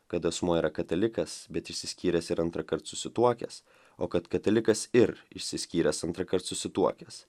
kad asmuo yra katalikas bet išsiskyręs ir antrąkart susituokęs o kad katalikas ir išsiskyręs antrąkart susituokęs